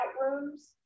rooms